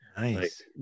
Nice